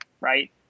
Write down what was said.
right